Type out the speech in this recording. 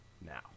now